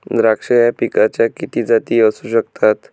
द्राक्ष या पिकाच्या किती जाती असू शकतात?